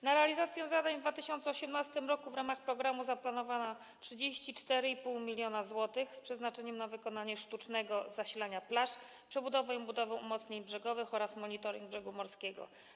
Na realizację zadań w 2018 r. w ramach programu zaplanowano 34,5 mln zł z przeznaczeniem na wykonanie sztucznego zasilania plaż, przebudowę i budowę umocnień brzegowych oraz monitoring brzegu morskiego.